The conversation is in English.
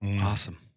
Awesome